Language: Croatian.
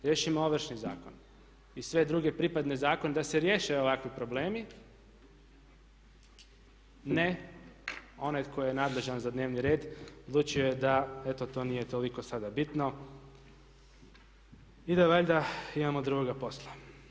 Riješimo Ovršni zakon i sve druge pripadne zakone da se riješe ovakvi problemi, ne, onaj tko je nadležan za dnevni red, odlučio je da eto to nije sada toliko bitno i da valjda imamo drugoga posla.